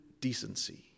decency